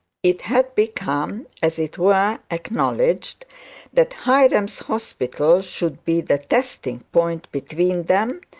it had become, as it were, acknowledged that hiram's hospital should be the testing point between them,